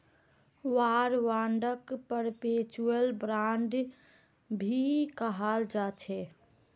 war बांडक perpetual bond भी कहाल जाछे